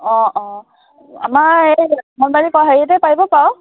অঁ অঁ আমাৰ এই অংগনবাদী হেৰিতে পাৰিব পাৰোঁ